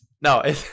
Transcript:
No